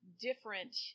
different